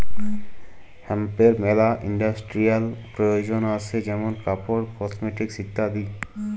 হেম্পের মেলা ইন্ডাস্ট্রিয়াল প্রয়জন আসে যেমন কাপড়, কসমেটিকস ইত্যাদি